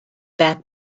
back